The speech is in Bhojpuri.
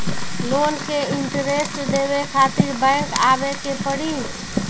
लोन के इन्टरेस्ट देवे खातिर बैंक आवे के पड़ी?